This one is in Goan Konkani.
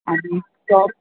आनी तोप